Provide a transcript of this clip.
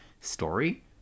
story